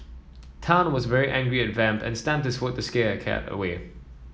Tan was very angry at Vamp and stamped this foot to scare a cat away